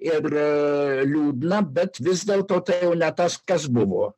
ir liūdna bet vis dėlto tai jau ne tas kas buvo